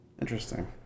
Interesting